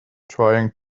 trying